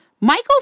Michael